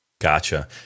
Gotcha